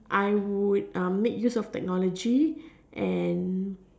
I would make use of technology and